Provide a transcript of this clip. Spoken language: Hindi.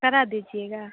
करा दीजिएगा